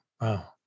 Wow